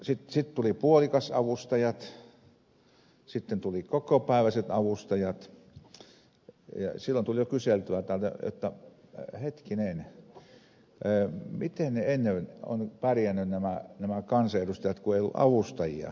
sitten tuli puolikasavustajat sitten tuli kokopäiväiset avustajat ja silloin tuli jo kyselyjä jotta hetkinen miten nämä kansanedustajat ennen ovat pärjänneet kun ei ollut avustajia